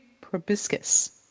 proboscis